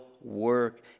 work